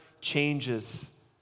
changes